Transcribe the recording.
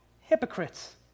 hypocrites